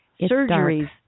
surgeries